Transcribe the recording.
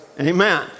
Amen